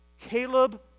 Caleb